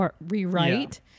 rewrite